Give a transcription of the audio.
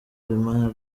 irani